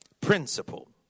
Principle